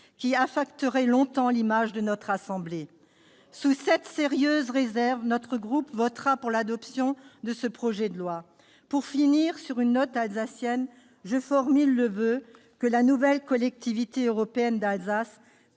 qui affecterait longtemps l'image de notre assemblée. On tremble ! Sous cette sérieuse réserve, mon groupe votera pour l'adoption de ce projet de loi. Pour finir sur une note alsacienne, je formule le voeu que la nouvelle Collectivité européenne d'Alsace